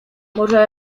może